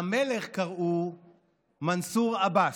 למלך קראו מנסור עבאס,